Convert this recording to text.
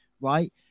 right